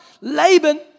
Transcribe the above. Laban